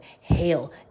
hail